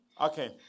Okay